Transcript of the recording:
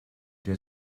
der